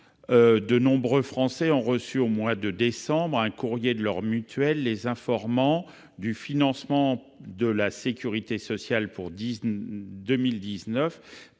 De nombreux Français ont reçu au mois de décembre 2018 un courrier de leur mutuelle les informant que la loi de financement de la sécurité sociale pour 2019